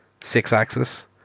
six-axis